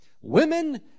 Women